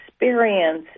experience